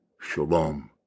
shalom